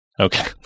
Okay